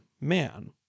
man